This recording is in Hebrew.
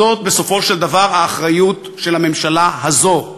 זאת בסופו של דבר האחריות של הממשלה הזאת,